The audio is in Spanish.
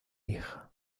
hija